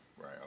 Right